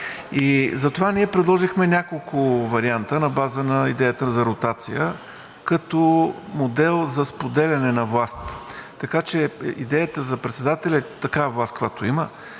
И затова ние предложихме няколко варианта на база на идеята за ротация като модел за споделяне на власт. Така че идеята за председателя е такава власт, каквато има,